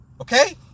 Okay